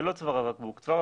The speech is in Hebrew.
זה לא צוואר הבקבוק.